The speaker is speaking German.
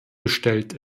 bestellt